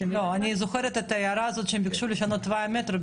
אני זוכרת את ההערה הזאת שהם ביקשו לשנות את תוואי המטרו,